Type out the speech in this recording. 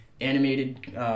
animated